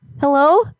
Hello